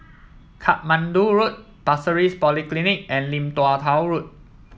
Katmandu Road Pasir Ris Polyclinic and Lim Tua Tow Road